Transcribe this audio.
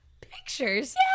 Pictures